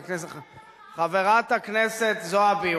חברת הכנסת זועבי,